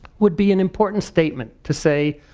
would be an important statement to say,